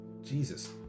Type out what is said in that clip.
Jesus